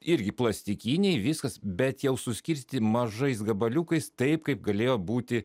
irgi plastikiniai viskas bet jau suskirstyti mažais gabaliukais taip kaip galėjo būti